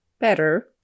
better